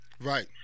Right